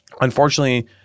Unfortunately